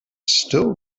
still